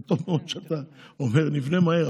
זה טוב מאוד שאתה אומר: נבנה מהר,